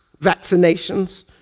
vaccinations